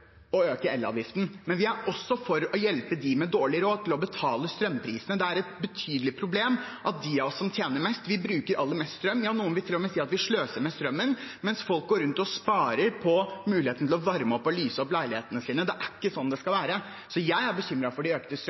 å øke elavgiften, men vi er også for å hjelpe dem med dårlig råd til å betale strømregningen. Det er et betydelig problem at de av oss som tjener mest, bruker aller mest strøm – ja noen vil til og med si at vi sløser med strømmen – mens folk går rundt og sparer og ikke har mulighet til å varme opp og lyse opp leiligheten sin. Det er ikke sånn det skal være. Jeg er bekymret for de økte